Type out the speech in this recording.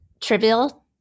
trivial